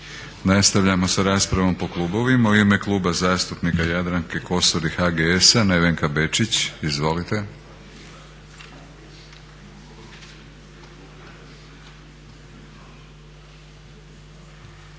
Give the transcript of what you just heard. Nastavljamo sa raspravom po klubovima. U ime Kluba zastupnika Jadranke Kosor i HGS-a Nevenka Bečić. Izvolite.